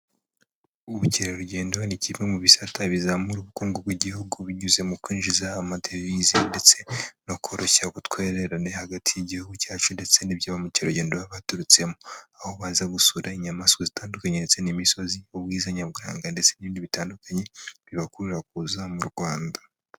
Ubukerarugendo ni kimwe mu bisata bizamura ubukungu bw'igihugu binyuze mu kwinjiza amadevize ndetse no koroshya ubutwererane hagati y'igihugu cyacu ndetse n'ibyo bamukerarugendo baba baturutsemo. Aho baza gusura inyamaswa zitandukanye ndetse n'imisozi, ubwiza nyaburanga ndetse n'ibindi bitandukanye bibakururira kuza mu Rwanda.